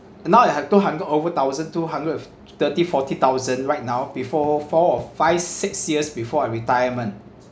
now I have two hundred over thousand two hundred thirty forty thousand right now before four five six years before I retirement